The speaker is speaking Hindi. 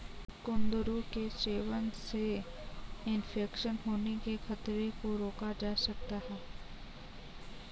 कुंदरू के सेवन से इन्फेक्शन होने के खतरे को रोका जा सकता है